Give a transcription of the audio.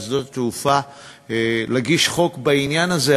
רשות שדות-התעופה שנגיש חוק בעניין הזה,